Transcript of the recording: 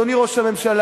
אדוני ראש הממשלה,